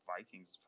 Vikings